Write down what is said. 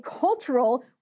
cultural